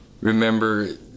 remember